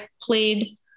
played